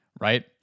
right